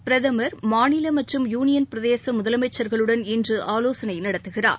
பிரகமர் குறித்து மாநில மற்றும் யூனியன் பிரதேச முதலமைச்சர்களுடன் இன்று ஆலோசனை நடத்துகிறார்